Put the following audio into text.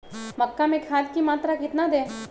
मक्का में खाद की मात्रा कितना दे?